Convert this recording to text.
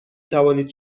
توانید